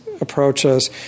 approaches